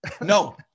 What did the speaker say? No